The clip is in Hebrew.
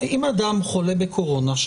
אם אדם חולה בקורונה,